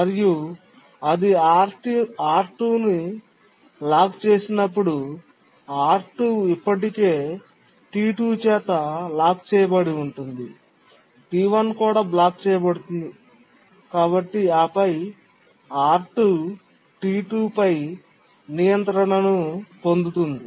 మరియు అది R2 ని లాక్ చేసినప్పుడు R2 ఇప్పటికే T2 చేత లాక్ చేయబడి ఉంటుంది T1 కూడా బ్లాక్ చేయబడుతుంది ఆపై R2 T2 పై నియంత్రణను పొందుతుంది